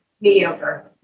mediocre